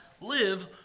live